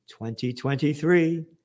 2023